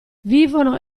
vivono